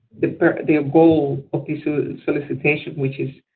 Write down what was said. the the goal of the so solicitation, which is